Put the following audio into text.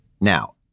Now